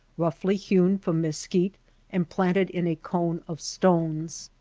roughly hewn from mesquite and planted in a cone of stones.